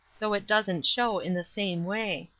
though it doesn't show in the same way.